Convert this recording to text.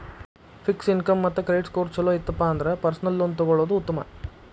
fix income ಮತ್ತ credit scores ಚೊಲೋ ಇತ್ತಪ ಅಂದ್ರ ಪರ್ಸನಲ್ ಲೋನ್ ತೊಗೊಳ್ಳೋದ್ ಉತ್ಮ